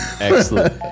Excellent